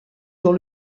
dans